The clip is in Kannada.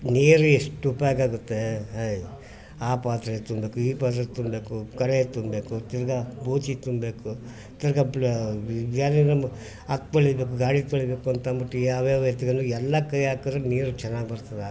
ನೀರು ಎಷ್ಟು ಉಪಯೋಗಾಗುತ್ತೆ ಅಯ್ಯೋ ಆ ಪಾತ್ರೆ ತುಂಬಬೇಕು ಈ ಪಾತ್ರೆ ತುಂಬಬೇಕು ಕರೆ ತುಂಬಬೇಕು ತಿರ್ಗಿ ಬೂಚಿ ತುಂಬಬೇಕು ತಿರ್ಗಿ ಬೇರೇನೂ ಅದು ತೊಳಿಬೇಕು ಗಾಡಿ ತೊಳಿಬೇಕು ಅಂತ ಅಂದ್ಬಿಟ್ಟು ಯಾವ ಯಾವ ಎಲ್ಲ ಕೈ ಹಾಕದ್ರು ನೀರು ಚೆನ್ನಾಗ್ ಬರ್ತದೆ